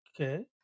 Okay